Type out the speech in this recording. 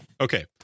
okay